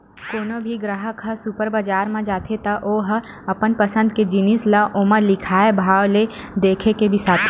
कोनो भी गराहक ह सुपर बजार म जाथे त ओ ह अपन पसंद के जिनिस ल ओमा लिखाए भाव ल देखके बिसाथे